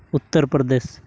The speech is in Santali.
ᱩᱛᱛᱚᱨ ᱯᱨᱚᱫᱮᱥ